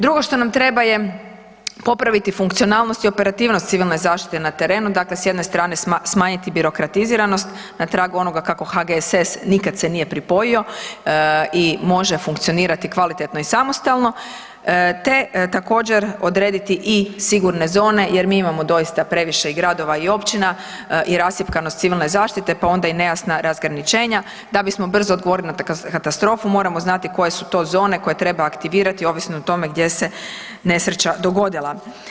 Drugo što nam treba je popraviti funkcionalnost i operativnost civilne zaštite na terenu, dakle s jedne strane smanjiti birokratiziranost na tragu onoga kako HGSS nikad se nije pripojio i može funkcionirati kvalitetno i samostalno te također odrediti i sigurne zone jer mi imamo doista previše gradova i općina i rascjepkanost civilne zaštite pa onda i nejasna razgraničenja da bismo brzo odgovorili na katastrofu moramo znati koje su to zone koje treba aktivirati ovisno o tome gdje se nesreće dogodila.